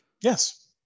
Yes